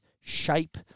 shape